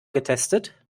getestet